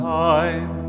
time